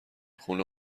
خونه